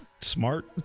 smart